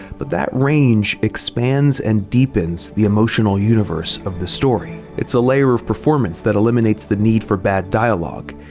but that range expands and deepens the emotional universe of the story. it's a layer of performance that eliminates the need for bad dialogue.